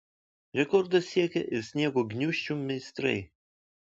rekordo siekė ir sniego gniūžčių meistrai